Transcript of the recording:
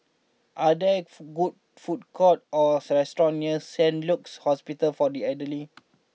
are there food good food courts or restaurants near Saint Luke's Hospital for the Elderly